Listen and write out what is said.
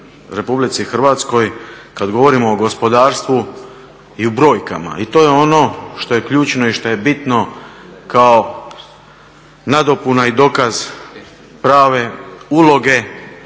su napredak RH kada govorimo o gospodarstvu i u brojkama i to je ono što je ključno i što je bitno kao nadopuna i dokaz prave uloge